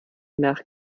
nach